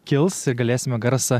kils galėsime garsą